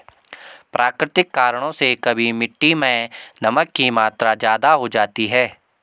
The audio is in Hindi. प्राकृतिक कारणों से कभी मिट्टी मैं नमक की मात्रा ज्यादा हो जाती है